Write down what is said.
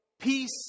peace